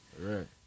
Right